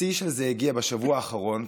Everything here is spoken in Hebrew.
השיא של זה הגיע בשבוע האחרון,